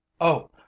Oh